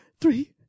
Three